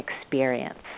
experience